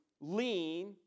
lean